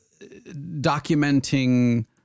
documenting